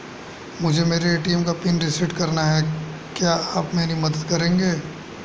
मुझे मेरे ए.टी.एम का पिन रीसेट कराना है क्या आप मेरी मदद करेंगे?